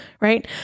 right